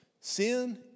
Sin